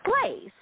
place